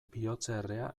bihotzerrea